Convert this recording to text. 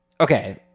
Okay